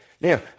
Now